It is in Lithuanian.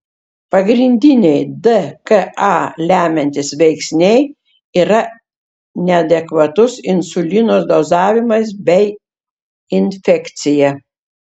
pagrindiniai dka lemiantys veiksniai yra neadekvatus insulino dozavimas bei infekcija